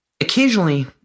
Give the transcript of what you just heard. Occasionally